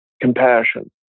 compassion